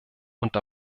und